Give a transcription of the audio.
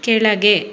ಕೆಳಗೆ